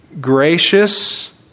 gracious